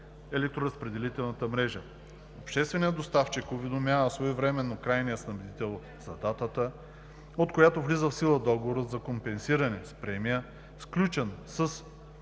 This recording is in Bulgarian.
електроразпределителната мрежа. Общественият доставчик уведомява своевременно крайния снабдител за датата, от която влиза в сила договорът за компенсиране с премия, сключен